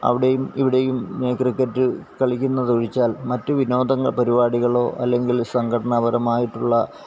അവിടെയും ഇവിടെയും ക്രിക്കറ്റ് കളിക്കുന്നതൊഴിച്ചാല് മറ്റ് വിനോദങ്ങള് പരിപാടികളോ അല്ലെങ്കില് സംഘടനാപരമായിട്ടുള്ള